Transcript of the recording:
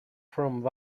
from